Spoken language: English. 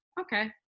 okay